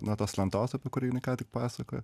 nuo tos lentos apie kurį jinai ką tik pasakojo